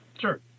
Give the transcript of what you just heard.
sure